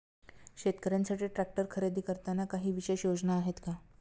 शेतकऱ्यांसाठी ट्रॅक्टर खरेदी करताना काही विशेष योजना आहेत का?